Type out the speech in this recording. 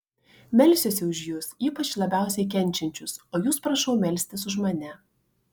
melsiuosi už jus ypač labiausiai kenčiančius o jūs prašau melstis už mane